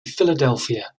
philadelphia